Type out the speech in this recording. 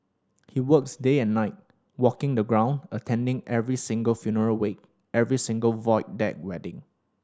he works day and night walking the ground attending every single funeral wake every single Void Deck wedding